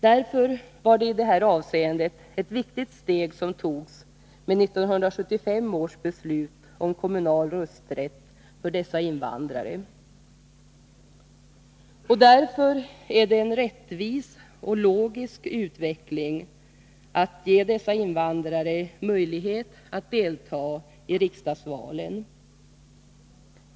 Därför var det i det här avseendet ett viktigt steg som togs med 1975 års beslut om kommunal rösträtt för dessa invandrare. Det är därför en rättvis och logisk utveckling att ge dessa invandrare möjlighet att delta i riksdagsvalen.